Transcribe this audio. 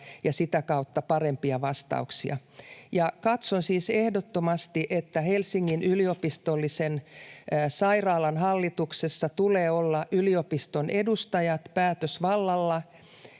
ja sitä kautta parempia vastauksia. Katson siis ehdottomasti, että Helsingin yliopistollisen sairaalan hallituksessa tulee olla yliopiston edustajat päätösvallalla